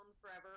forever